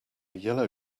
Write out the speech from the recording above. yellow